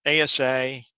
ASA